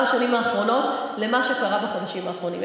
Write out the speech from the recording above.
השנים האחרונות למה שקרה בחודשים האחרונים.